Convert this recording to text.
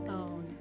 own